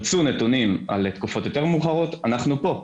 ירצו נתונים על תקופות יותר מאוחרות - אנחנו פה.